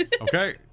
okay